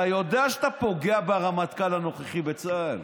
אתה יודע שאתה פוגע ברמטכ"ל הנוכחי בצה"ל.